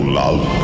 love